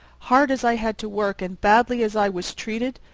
hard as i had to work and badly as i was treated?